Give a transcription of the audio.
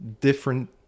different